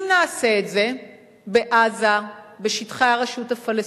לא מופיע לנו נושא על סדר-היום בעניינו של דוד,